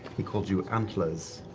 he called you antlers.